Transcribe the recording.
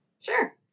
Sure